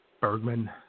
Bergman